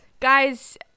Guys